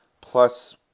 plus